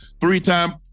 three-time